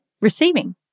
receiving